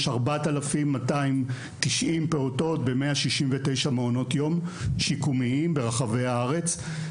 יש 4290 פעוטות ב-169 מעונות יום שיקומיים ברחבי הארץ.